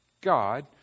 God